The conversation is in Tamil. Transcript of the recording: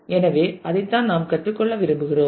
எனவே அதைத்தான் நாம் கற்றுக்கொள்ள விரும்புகிறோம்